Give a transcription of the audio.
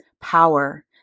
power